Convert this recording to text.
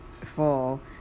full